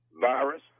virus